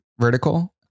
vertical